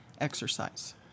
exercise